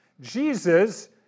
Jesus